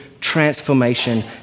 transformation